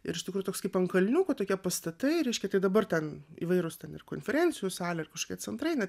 ir iš tikrųjų toks kaip ant kalniuko tokie pastatai reiškia tai dabar ten įvairūs ten ir konferencijų salė kažkokie centrai net